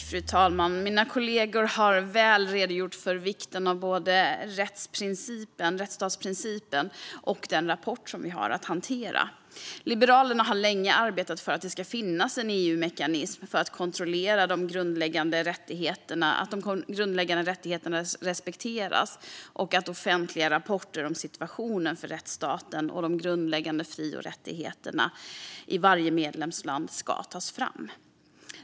Fru talman! Mina kollegor har väl redogjort för vikten av både rättsstatsprincipen och den rapport som vi har att hantera. Liberalerna har länge arbetat för att det ska finnas en EU-mekanism för att kontrollera att de grundläggande rättigheterna respekteras och att offentliga rapporter om situationen för rättsstaten och de grundläggande fri och rättigheterna i varje medlemsland ska tas fram.